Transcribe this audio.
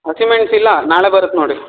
ಹಸಿಮೆಣ್ಸು ಇಲ್ಲ ನಾಳೆ ಬರುತ್ತೆ ನೋಡಿ